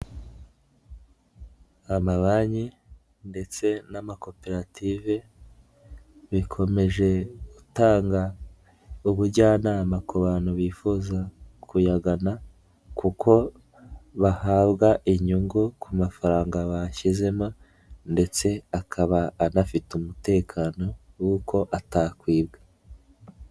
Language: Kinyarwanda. Amabanki ndetse n'amakoperative, bikomeje gutanga ubujyanama ku bantu bifuza kuyagana, kuko bahabwa inyungu ku mafaranga bashyizemo, ndetse akaba anafite umutekano w'uko atakwibwa.